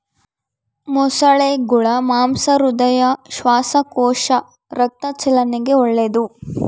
ಮೊಸಳೆಗುಳ ಮಾಂಸ ಹೃದಯ, ಶ್ವಾಸಕೋಶ, ರಕ್ತ ಚಲನೆಗೆ ಒಳ್ಳೆದು